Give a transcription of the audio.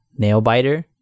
Nailbiter